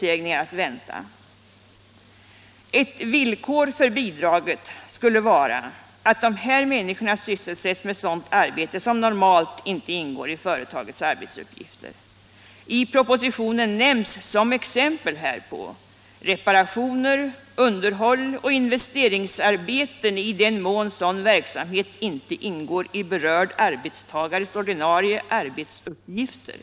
Ett villkor för bidraget 12 maj 1977 skulle vara att dessa människor sysselsätts med sådant arbete som normalt inte ingår i företagets arbetsuppgifter. I propositionen nämns som exempel = Vissa industri och härpå reparationer, underhåll och investeringsarbeten i den mån sådan = sysselsättningsstiverksamhet inte ingår i berörd arbetstagares ordinarie arbetsuppgifter.